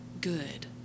good